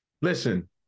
Listen